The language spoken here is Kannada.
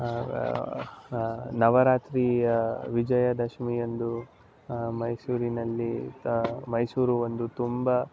ನವರಾತ್ರಿಯ ವಿಜಯದಶಮಿಯಂದು ಮೈಸೂರಿನಲ್ಲಿ ತ ಮೈಸೂರು ಒಂದು ತುಂಬ